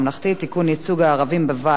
ייצוג ערבים בוועד החינוך),